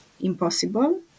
impossible